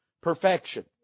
perfection